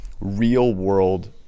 real-world